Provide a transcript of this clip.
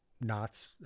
knots